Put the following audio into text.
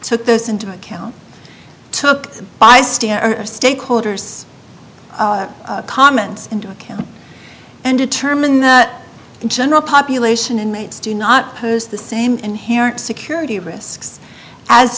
took those into account took bystander stakeholders comments into account and determined that in general population inmates do not pose the same inherent security risks as